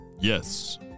Yes